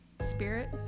spirit